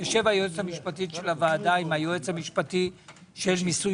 תשב היועצת המשפטית עם הייעוץ המשפטי של מיסוי